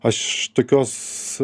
aš tokios